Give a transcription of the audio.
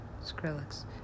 Skrillex